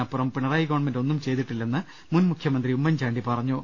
നപ്പുറം Pinarayi government ഒന്നും ചെയ്തിട്ടില്ലെന്ന് മുൻ മുഖ്യമന്ത്രി ഉമ്മൻചാണ്ടി പറഞ്ഞു